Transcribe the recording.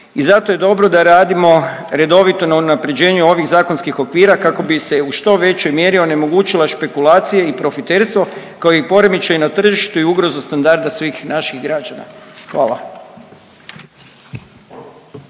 i zato je dobro da radimo redovito na unaprjeđenju ovih zakonskih okvira kako bi se u što većoj mjeri onemogućila špekulacije i profiterstvo, kao i poremećaji na tržištu i ugrozu standarda svih naših građana. Hvala.